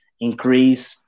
increase